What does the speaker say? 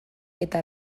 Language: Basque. eta